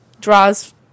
draws